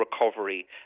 recovery